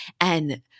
And-